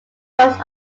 most